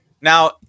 now